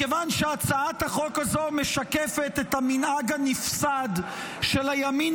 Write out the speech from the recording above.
מכיוון שהצעת החוק הזו משקפת את המנהג הנפסד של הימין